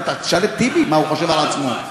תשאל את טיבי מה הוא חושב על עצמו,